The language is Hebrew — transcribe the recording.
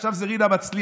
עכשיו זה רינה מצליח,